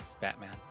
Batman